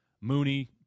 Mooney